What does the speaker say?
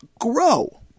grow